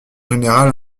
général